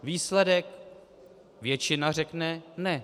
Výsledek, většina řekne ne.